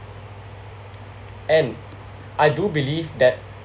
and I do believe that